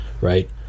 right